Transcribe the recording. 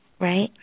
right